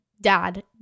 dad